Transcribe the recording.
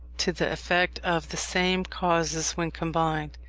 to the effect of the same causes when combined.